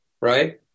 Right